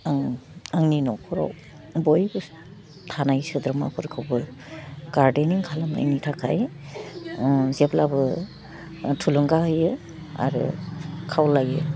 आं आंनि न'खराव बयबो थानाय सोद्रोमाफोरखौबो गार्डेनिं खालामनायनि थाखाइ ओह जेब्लाबो थुलुंगा होयो आरो खावलायो